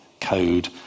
code